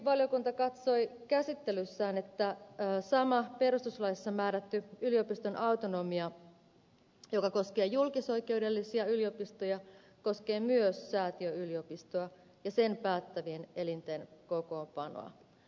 perustuslakivaliokunta katsoi käsittelyssään että sama perustuslaissa määrätty yliopiston autonomia joka koskee julkisoikeudellisia yliopistoja koskee myös säätiöyliopistoa ja sen päättävien elinten kokoonpanoa